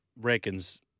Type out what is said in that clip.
reckons